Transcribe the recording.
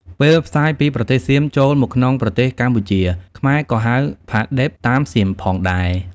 ពេលផ្សាយពីប្រទេសសៀមចូលមកក្នុងប្រទេសកម្ពុជា ខ្មែរក៏ហៅ ផាឌិប តាមសៀមផងដែរ។